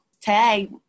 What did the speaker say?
Tag